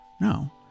no